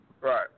Right